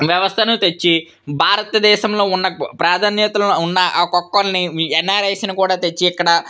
వ్యవస్థను తెచ్చి భారత దేశంలో ఉన్న ప్రాధాన్యతలో ఉన్న ఒక్కొరిని ఎన్ఆర్ఐఎస్ని కూడా తెచ్చి ఇక్కడ